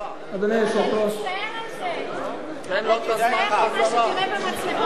אתה תצטער על זה כשתראה במצלמות.